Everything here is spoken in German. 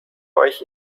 euch